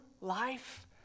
life